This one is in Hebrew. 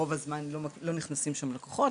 שרוב הזמן לא נכנסים לקוחות,